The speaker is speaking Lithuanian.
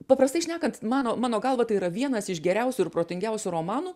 paprastai šnekant mano mano galva tai yra vienas iš geriausių ir protingiausių romanų